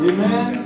Amen